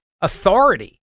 authority